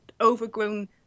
overgrown